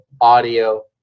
audio